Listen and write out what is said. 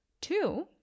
Two